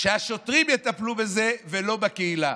שהשוטרים יטפלו בזה, ולא בקהילה.